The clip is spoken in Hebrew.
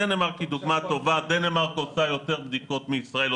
דנמרק עושה יותר בדיקות מישראל,